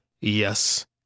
Yes